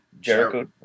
Jericho